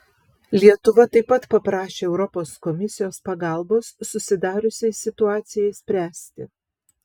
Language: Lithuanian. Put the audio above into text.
lietuva taip pat paprašė europos komisijos pagalbos susidariusiai situacijai spręsti